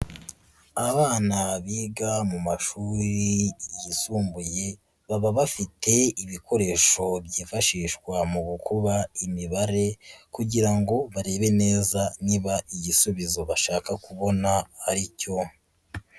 Abana biga mu mashuri yisumbuye, baba bafite ibikoresho byifashishwa mu kuba imibare kugira ngo barebe neza niba igisubizo bashaka kubona ari cyo.